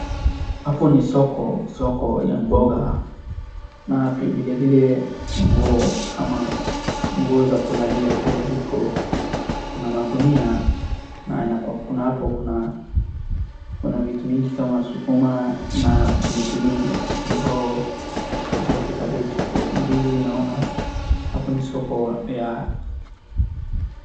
Hapo ni soko, soko ya mboga na vilevile nguo, ama nguo za kulalia pia ziko, kuna magunia na hapo kuna vitu mingi kama sukuma na pilipili hoho, zote kabeji, ndizi naona, hapo ni soko ya.